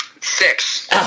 Six